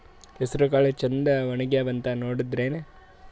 ಹೆಸರಕಾಳು ಛಂದ ಒಣಗ್ಯಾವಂತ ನೋಡಿದ್ರೆನ?